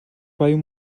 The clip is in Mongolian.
баян